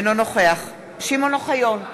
אינו נוכח שמעון אוחיון,